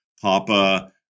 Papa